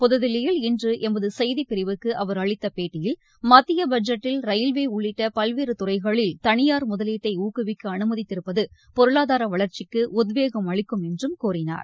புதுதில்லியில் இன்று எமது செய்திப்பிரிவுக்கு அவர் அளித்த பேட்டியில் மத்திய பட்ஜெட்டில் ரயில்வே உள்ளிட்ட பல்வேறு துறைகளில் தனியார் முதலீட்டை ஊக்குவிக்க அனுமதித்திருப்பது பொருளாதார வளர்ச்சிக்கு உத்வேகம் அளிக்கும் என்றும் கூறினார்